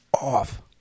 off